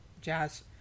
jazz